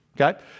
Okay